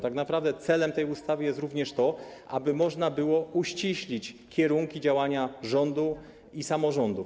Tak naprawdę celem tej ustawy jest również to, aby można było uściślić kierunki działania rządu i samorządów.